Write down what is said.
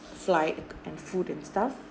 flight and food and stuff